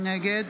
נגד